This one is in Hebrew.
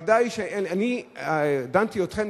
אני דנתי אתכם,